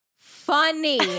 funny